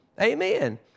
Amen